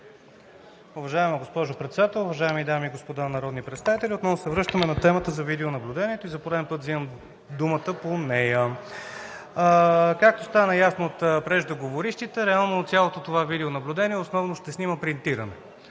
Уважаема госпожо Председател, уважаеми дами и господа народни представители! Отново се връщаме на темата за видеонаблюдението и за пореден път взимам думата по нея. Както стана ясно от преждеговорившите, реално от цялото това видеонаблюдение основно ще се снима принтиране,